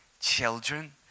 children